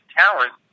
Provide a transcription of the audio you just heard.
talent